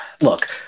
Look